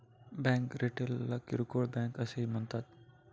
bank रिटेलला किरकोळ bank असेही म्हणतात